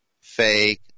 fake